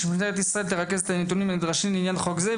שמשטרת ישראל תרכז את הנתונים הנדרשים לעניין חוק זה,